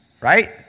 Right